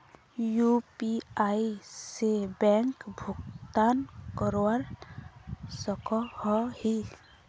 UPI से bank भुगतान करवा सकोहो ही?